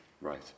Right